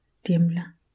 tiembla